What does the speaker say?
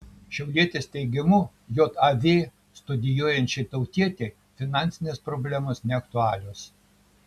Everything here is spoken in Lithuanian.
šiaulietės teigimu jav studijuojančiai tautietei finansinės problemos neaktualios